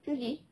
sushi